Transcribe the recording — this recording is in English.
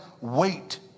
wait